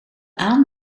aan